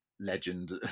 legend